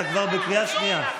אתה כבר בקריאה שנייה.